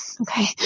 Okay